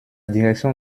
direction